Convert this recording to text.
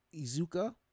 Izuka